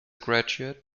graduate